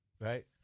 right